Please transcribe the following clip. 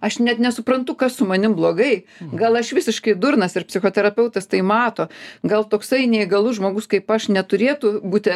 aš net nesuprantu kas su manim blogai gal aš visiškai durnas ir psichoterapeutas tai mato gal toksai neįgalus žmogus kaip aš neturėtų būti